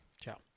Ciao